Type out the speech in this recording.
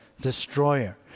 destroyer